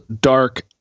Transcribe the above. dark